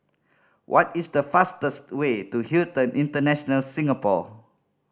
what is the fastest way to Hilton International Singapore